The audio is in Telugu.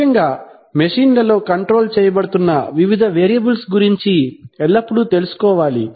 ముఖ్యముగా మెషిన్లలో కంట్రోల్ చేయబడుతున్న వివిధ వేరియబుల్స్ గురించి ఎల్లప్పుడూ తెలుసుకోవాలి